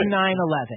9-11